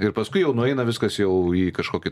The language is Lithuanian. ir paskui jau nueina viskas jau į kažkokį tai